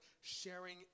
sharing